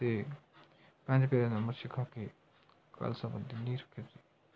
ਅਤੇ ਪੰਜ ਪਿਆਰਿਆਂ ਨੂੰ ਅੰਮ੍ਰਿਤ ਛਕਾ ਕੇ ਖਾਲਸਾ ਪੰਥ ਦੀ ਨੀਂਹ ਰੱਖੀ ਸੀ